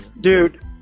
dude